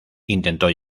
intentó